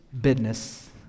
business